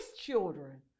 children